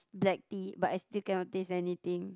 black tea but I still cannot taste anything